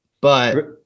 But-